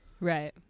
Right